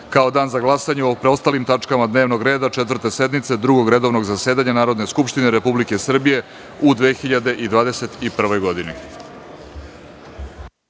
kao dan za glasanje o preostalim tačkama dnevnog reda Četvrte sednice Drugog redovnog zasedanja Narodne skupštine Republike Srbije u 2021. godini.(Posle